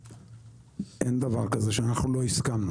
אין דבר כזה שלא הסכמנו.